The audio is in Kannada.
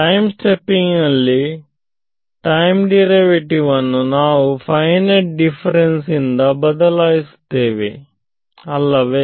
ಟೈಮ್ ಸ್ಟೆಪ್ಪಿಂಗ್ ನಲ್ಲಿ ಟೈಮ್ ಡಿರವೇಟಿವ್ ವನ್ನು ನಾವು ಫೈನೈಟ್ ಡಿಫರೆನ್ಸ್ ಇಂದ ಬದಲಾಯಿಸುತ್ತೆ ಅಲ್ಲವೇ